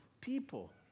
people